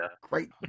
great